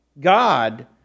God